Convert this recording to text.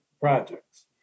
projects